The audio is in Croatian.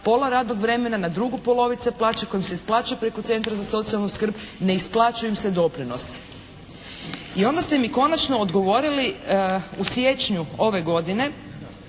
pola radnog vremena na drugu polovice plaće koja im se isplaćuje preko centra za socijalnu skrb ne isplaćuju im se doprinosi. I onda ste mi konačno odgovorili u siječnju ove godine